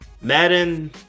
Madden